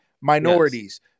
Minorities